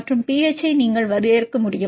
மற்றும் pH ஐ நீங்கள் வரையறுக்க முடியும்